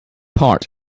part